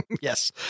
Yes